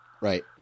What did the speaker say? right